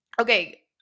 Okay